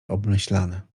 obmyślane